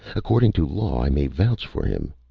according to law, i may vouch for him.